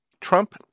Trump